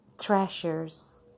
treasures